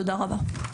תודה רבה.